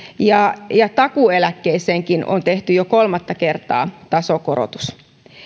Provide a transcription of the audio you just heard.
ja ja takuueläkkeeseenkin on tehty jo kolmatta kertaa tasokorotus